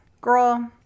girl